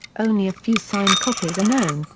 only a few signed copies are known,